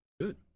Good